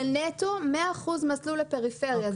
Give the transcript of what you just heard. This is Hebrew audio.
זה נטו, מאה אחוז מסלול לפריפריה.